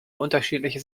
unterschiedliche